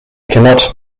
cannot